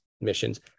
missions